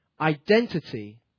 identity